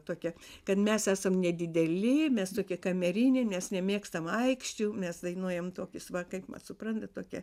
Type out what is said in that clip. tokia tai mes esam nedideli mes tokie kameriniai nes nemėgstam aikščių mes dainuojam tokius va kaipmat suprantat tokią